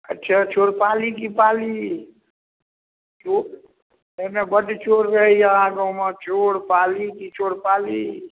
अच्छा चोरपाली की पाली एहिमे बड चोर रहैया अहाँ गाँवमे चोर पाली कि चोरपाली